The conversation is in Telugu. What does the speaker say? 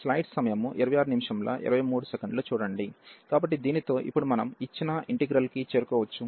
కాబట్టి దీనితో ఇప్పుడు మనం ఇచ్చిన ఇంటిగ్రల్ కి చేరుకోవచ్చు